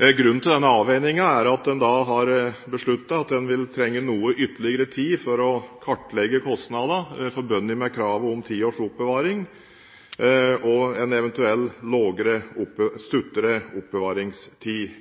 Grunnen til denne avveiningen er at en har besluttet at en vil trenge ytterligere tid for å kartlegge kostnader forbundet med kravet om ti års oppbevaring, og en eventuell stuttere oppbevaringstid.